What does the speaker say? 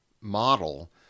model